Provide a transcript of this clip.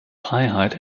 freiheit